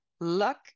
luck